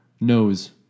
Nose